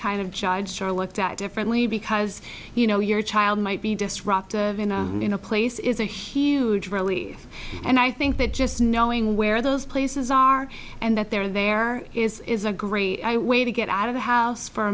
kind of child charlotte that differently because you know your child might be disruptive in a room in a place is a huge relief and i think that just knowing where those places are and that they're there is is a great way to get out of the house for a